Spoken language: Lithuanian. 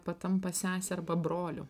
patampa sese arba broliu